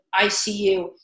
ICU